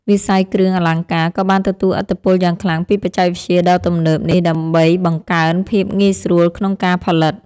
វិស័យគ្រឿងអលង្ការក៏បានទទួលឥទ្ធិពលយ៉ាងខ្លាំងពីបច្ចេកវិទ្យាដ៏ទំនើបនេះដើម្បីបង្កើនភាពងាយស្រួលក្នុងការផលិត។